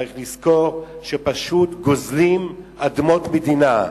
צריך לזכור שפשוט גוזלים אדמות מדינה,